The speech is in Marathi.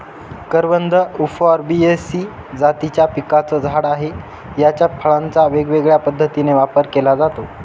करवंद उफॉर्बियेसी जातीच्या पिकाचं झाड आहे, याच्या फळांचा वेगवेगळ्या पद्धतीने वापर केला जातो